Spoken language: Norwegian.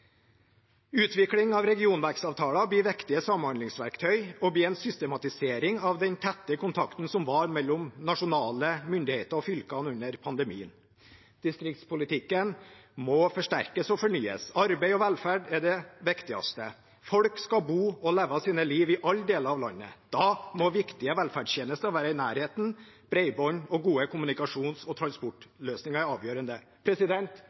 Utvikling av regionvekstavtaler blir viktige samhandlingsverktøy og blir en systematisering av den tette kontakten som var mellom nasjonale myndigheter og fylkene under pandemien. Distriktspolitikken må forsterkes og fornyes. Arbeid og velferd er det viktigste. Folk skal bo og leve sitt liv i alle deler av landet. Da må viktige velferdstjenester være i nærheten. Bredbånd og gode kommunikasjons- og transportløsninger er avgjørende.